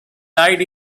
died